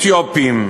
אתיופים,